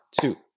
two